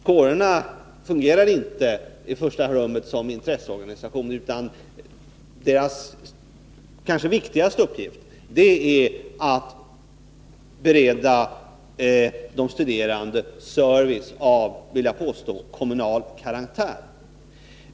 Kårerna fungerar inte i första rummet som intresseorganisationer utan deras kanske viktigaste uppgift är att bereda de studerande service av, vill jag påstå, kommunal karaktär.